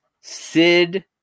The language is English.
Sid